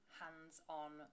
hands-on